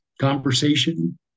conversation